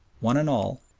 one and all,